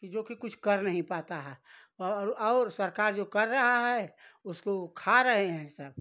कि जो कि कुछ कर नहीं पाता है और और सरकार जो कर रहा है उसको वो खा रहे हैं सब